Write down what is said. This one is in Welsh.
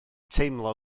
teimlo